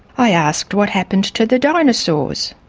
i asked what happened to the dinosaurs.